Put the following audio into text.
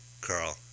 Carl